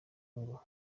ngo